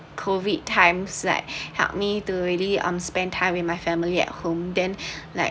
COVID times like help me to really um spend time with my family at home then like